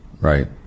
Right